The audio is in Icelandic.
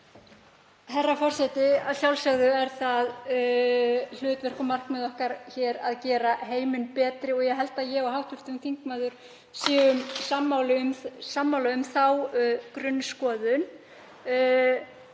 Herra forseti. Að sjálfsögðu er það hlutverk og markmið okkar hér að gera heiminn betri og ég held að við hv. þingmaður séum sammála um þá grunnskoðun.